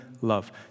love